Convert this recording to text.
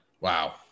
Wow